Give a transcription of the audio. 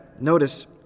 notice